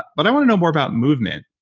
but i want to know more about movement.